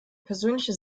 persönliche